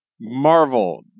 Marvel